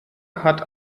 hat